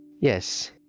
Yes